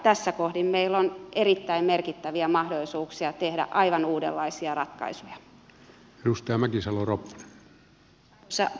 tässä kohdin meillä on erittäin merkittäviä mahdollisuuksia tehdä aivan uudenlaisia ratkaisuja